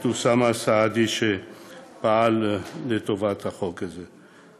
את אוסאמה סעדי שפעל לטובת החוק הזה.